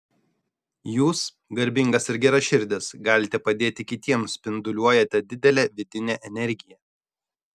jūs garbingas ir geraširdis galite padėti kitiems spinduliuojate didelę vidinę energiją